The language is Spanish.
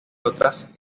otras